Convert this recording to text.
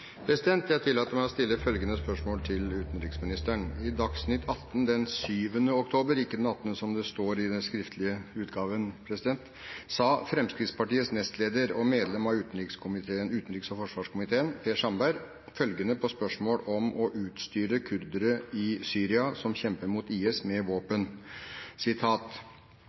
utenriksministeren: «I Dagsnytt 18 den 7. oktober 2014 sa Fremskrittspartiets nestleder og medlem av utenriks- og forsvarskomiteen, Per Sandberg, følgende på spørsmål om å utstyre kurderne i Syria som kjemper mot IS med våpen: